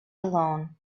alone